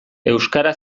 euskara